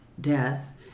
death